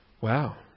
Wow